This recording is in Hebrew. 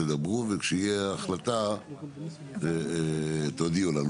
תדברו וכשתהיה החלטה תודיעו לנו.